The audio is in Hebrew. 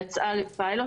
כבר יצאה לפיילוט.